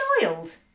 child